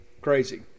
Crazy